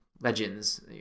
legends